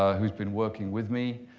who's been working with me